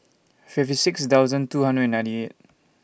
fifty six thousand two hundred and ninety eight